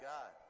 God